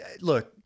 look